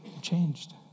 changed